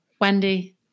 wendy